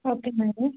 okay madam